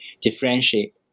differentiate